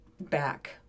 back